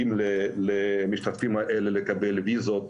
מסייעים למשתתפים האלה לקבל ויזות